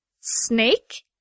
Snake